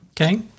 Okay